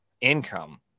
income